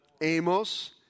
Amos